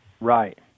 right